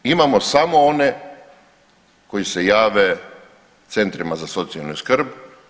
Imamo samo one koji se jave centrima za socijalnu skrb.